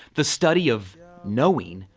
the study of knowing,